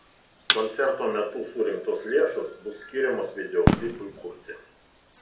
koncerto metu surinktos lėšos bus skiriamos videoklipui kurti